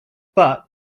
but